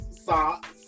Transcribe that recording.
socks